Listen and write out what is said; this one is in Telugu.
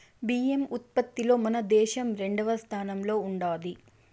బియ్యం ఉత్పత్తిలో మన దేశం రెండవ స్థానంలో ఉండాది